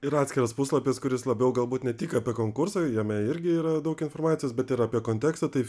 ir atskiras puslapis kuris labiau galbūt ne tik apie konkursą jame irgi yra daug informacijos bet ir apie kontekstą tai